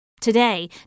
Today